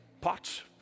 pots